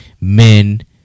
men